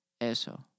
eso